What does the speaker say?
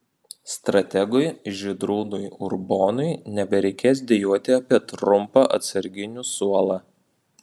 strategui žydrūnui urbonui nebereikės dejuoti apie trumpą atsarginių suolą